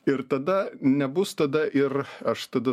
ir tada nebus tada ir aš tada